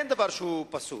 אין דבר שהוא פסול,